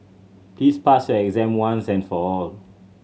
please pass your exam once and for all